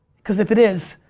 cause if it is